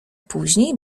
później